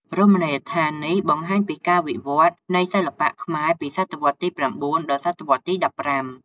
រមណីយដ្ឋាននេះបង្ហាញពីការវិវឌ្ឍន៍នៃសិល្បៈខ្មែរពីសតវត្សទី ៩ ដល់សតវត្សទី ១៥។